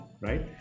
right